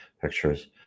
pictures